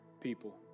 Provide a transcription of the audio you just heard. people